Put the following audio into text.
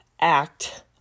act